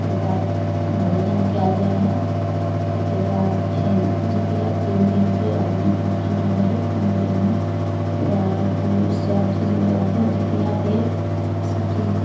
ताहिके बाद भोजन कयल जाइ है ओहिके बाद फिन जीतिया तीन दिनके आदमी भूक्खल रहै है तीन दिनमे फल फूल सब चीज लऽ कऽ जीतियाके सब चीज